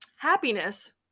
happiness